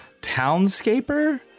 Townscaper